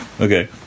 Okay